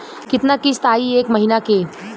कितना किस्त आई एक महीना के?